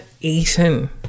eaten